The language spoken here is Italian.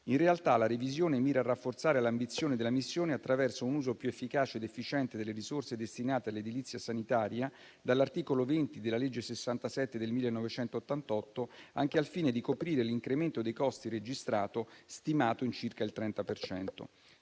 In realtà la revisione mira a rafforzare l'ambizione della missione, attraverso un uso più efficace ed efficiente delle risorse destinate all'edilizia sanitaria dall'articolo 20 della legge n. 67 del 1988, anche al fine di coprire l'incremento dei costi registrato, stimato in circa il 30